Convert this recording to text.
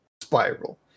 Spiral